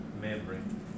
membrane